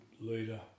leader